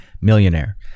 millionaire